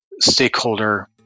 stakeholder